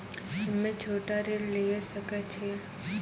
हम्मे छोटा ऋण लिये सकय छियै?